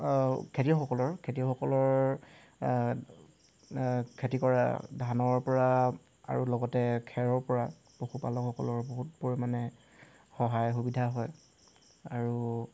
খেতিয়কসকলৰ খেতিয়কসকলৰ খেতি কৰা ধানৰ পৰা আৰু লগতে খেৰৰ পৰা পশুপালকসকলৰ বহুত পৰিমাণে সহায় সুবিধা হয় আৰু